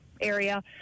area